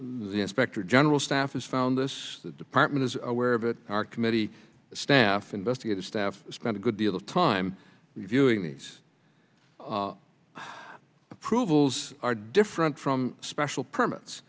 the inspector general staff has found this department is aware of it our committee staff investigated staff spent a good deal of time reviewing these approvals are different from special permits